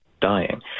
dying